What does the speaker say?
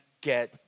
get